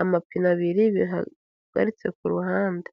amapine abiri bihagaritse ku ruhande.